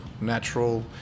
natural